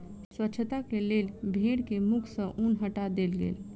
स्वच्छता के लेल भेड़ के मुख सॅ ऊन हटा देल गेल